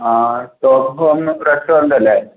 ആ ടോപ്ഫോം റെസ്റ്റോറൻ്റെല്ലേ